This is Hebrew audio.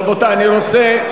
רבותי, אני רוצה,